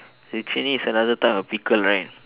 zucchini is another type of pickle right